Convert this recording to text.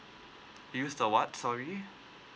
use the what sorry